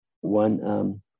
One